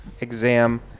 exam